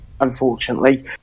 unfortunately